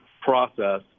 process